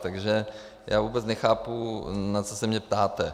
Takže já vůbec nechápu, na co se mě ptáte.